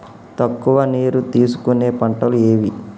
తక్కువ నీరు తీసుకునే పంటలు ఏవి?